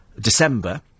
December